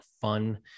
fun